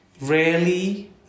Rarely